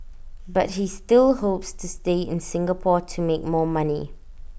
but he still hopes to stay in Singapore to make more money